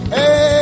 Hey